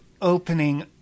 opening